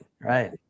right